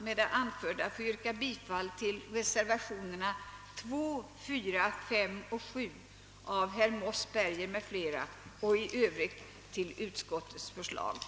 Med det anförda ber jag att få yrka bifall till reservationerna 2, 4 a, 5 och 7 av herr Mossberger m.fl. I övrigt yrkar jag bifall till utskottets hemställan.